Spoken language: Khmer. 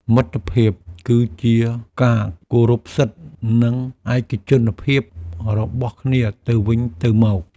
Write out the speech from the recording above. មិត្តភាពគឺជាការគោរពសិទ្ធិ និងឯកជនភាពរបស់គ្នាទៅវិញទៅមក។